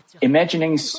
Imagining